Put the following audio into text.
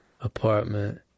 apartment